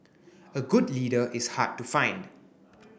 a good leader is hard to find